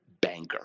Banger